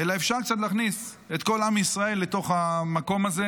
אלא אפשר קצת להכניס את כל עם ישראל לתוך המקום הזה.